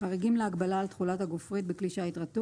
"חריגים להגבלה על תכולת הגופרית בכלי שיט רתוק